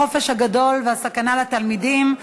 3431 ו-3438: החופש הגדול והסכנה לתלמידים.